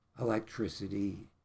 electricity